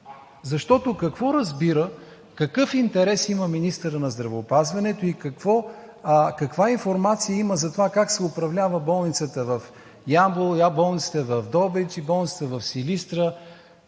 Защото какво разбира какъв интерес има министърът на здравеопазването и каква информация има за това как се управлява болницата в Ямбол, в Добрич, болницата в Силистра?